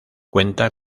cuenta